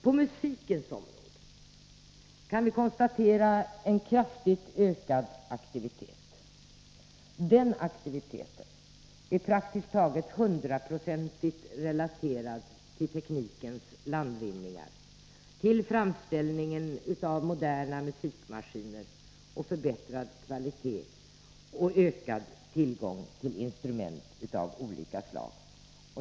På musikens område kan vi konstatera en kraftigt ökad aktivitet. Den aktiviteten är praktiskt taget hundraprocentigt relaterad tillteknikens landvinningar, till framställningen av moderna musikmaskiner, förbättrad kvalitet och ökad tillgång till instrument av olika slag.